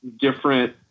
different